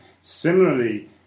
Similarly